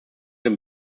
den